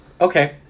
Okay